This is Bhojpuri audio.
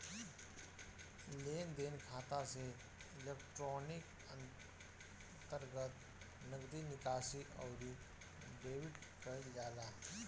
लेनदेन खाता से इलेक्ट्रोनिक अंतरण, नगदी निकासी, अउरी डेबिट कईल जाला